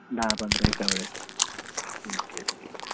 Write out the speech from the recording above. दहा पंधरा एका वेळेस ओके ठीक आहे